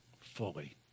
fully